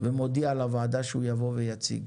ומודיע לוועדה שהוא יבוא ויציג.